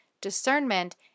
discernment